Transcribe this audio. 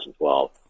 2012